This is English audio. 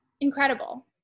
Incredible